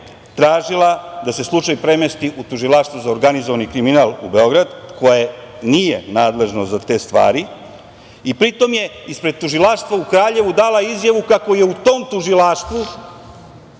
tražila je da se slučaj premesti u Tužilaštvo za organizovani kriminal u Beograd, koje nije nadležno za te stvari i pri tome je ispred tužilaštva u Kraljevu dala izjavu kako je u tom tužilaštvu